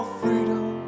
freedom